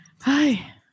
Hi